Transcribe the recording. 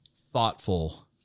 thoughtful